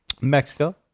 mexico